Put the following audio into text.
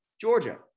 Georgia